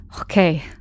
Okay